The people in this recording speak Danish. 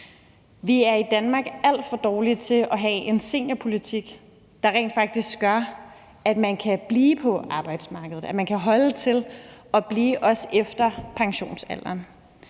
at vi i Danmark er alt for dårlige til at have en seniorpolitik, der rent faktisk gør, at man kan blive på arbejdsmarkedet – at man kan holde til at blive, også til efter pensionsalderen.